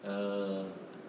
uh